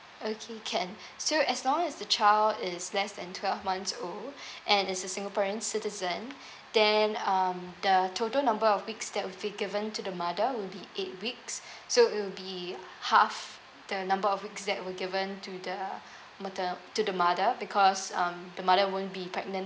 okay can so as long as the child is less than twelve months old and is a singaporeans citizen then um the total number of weeks that will be given to the mother will be eight weeks so it will be half the number of weeks that were given to the maternal to the mother because um the mother won't be pregnant